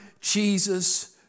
Jesus